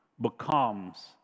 becomes